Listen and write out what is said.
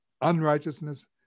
unrighteousness